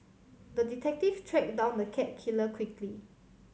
the detective tracked down the cat killer quickly